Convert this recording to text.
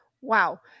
Wow